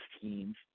teams